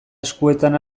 eskuetan